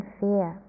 fear